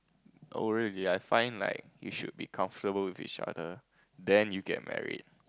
oh really I find like you should be comfortable with each other then you get married